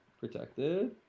Protected